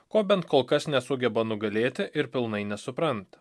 ko bent kol kas nesugeba nugalėti ir pilnai nesupranta